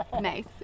Nice